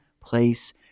place